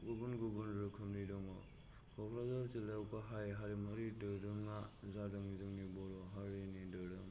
गुबुन गुबुन रोखोमनि दङ क'क्राझार जिल्लायाव गाहाय हारिमुवारि दोरोङा जादों जोंनि बर' हारिनि दोरों